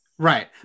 Right